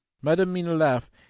madam mina laugh,